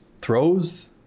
throws